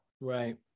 Right